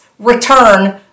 return